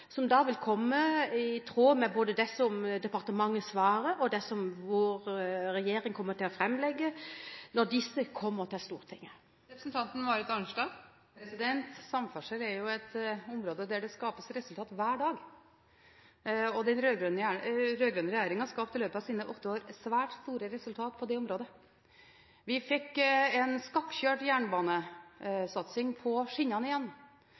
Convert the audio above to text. i tråd med det som departementet svarer, og det som vår regjering kommer til å framlegge – når disse kommer til Stortinget? Samferdsel er et område hvor det skapes resultater hver dag, og den rød-grønne regjeringen skapte i løpet av sine åtte år svært gode resultater på det området. Vi fikk en skakkjørt jernbanesatsing på skinnene igjen